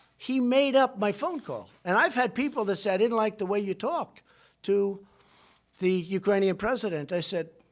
he made up my phone call. and i've had people that said, i didn't like the way you talked to the ukrainian president. i said,